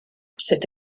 cette